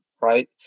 right